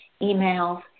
emails